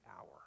hour